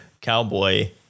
cowboy